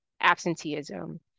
absenteeism